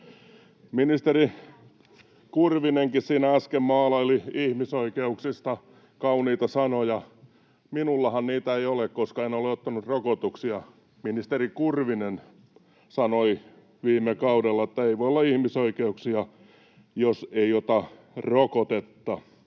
Edustaja Kurvinenkin siinä äsken maalaili ihmisoikeuksista kauniita sanoja. Minullahan niitä ei ole, koska en ole ottanut rokotuksia. Ministeri Kurvinen sanoi viime kaudella, että ei voi olla ihmisoikeuksia, jos ei ota rokotetta.